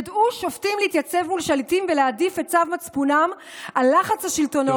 ידעו שופטים להתייצב מול שליטים ולהעדיף את צו מצפונם על לחץ השלטונות,